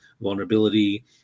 vulnerability